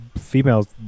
females